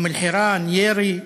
אום אל-חיראן, ירי,